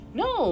no